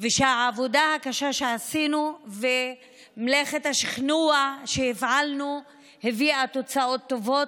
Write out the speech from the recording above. ושהעבודה הקשה שעשינו ומלאכת השכנוע שהפעלנו הביאו תוצאות טובות,